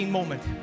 moment